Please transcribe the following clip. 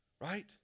right